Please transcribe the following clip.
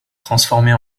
transformée